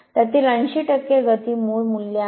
त्यातील 80 गती मूळ मूल्य आहे